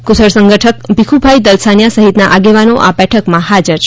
કુશળ સંગઠક ભીખુભાઈ દલસાનીયા સહિતના આગેવાનો આ બેઠકમાં હાજર છે